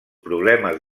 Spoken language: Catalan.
problemes